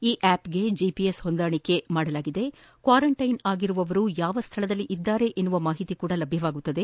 ಈ ಆಪ್ಗೆ ಜಿಪಿಎಸ್ ಹೊಂದಾಣಿಕೆಯಾಗಿದ್ದು ಕ್ವಾರಂಟೈನ್ ಆಗಿರುವವರು ಯಾವ ಸ್ಥಳದಲ್ಲಿದ್ದಾರೆ ಎನ್ನುವ ಮಾಹಿತಿ ಲಭ್ಧವಾಗುತ್ತದೆ